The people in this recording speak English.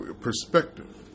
Perspective